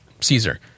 Caesar